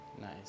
Nice